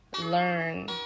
learn